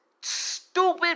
Stupid